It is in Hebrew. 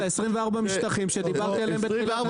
אלה 24 << יור >> המשטחים שדיברתי עליהם בתחילת